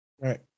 Right